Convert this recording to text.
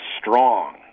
strong